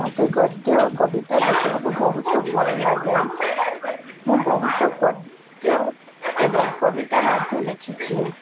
ମତେ ଗଦ୍ୟ କବିତା ଲେଖିବାକୁ ବହୁତ ଭଲ ଲାଗେ ମୁଁ ବହୁତ ଗଦ୍ୟ ଏବଂ କବିତା ମଧ୍ୟ ଲେଖିଛି